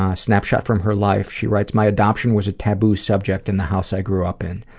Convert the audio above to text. ah snapshot from her life, she writes my adoption was a taboo subject in the house i grew up in.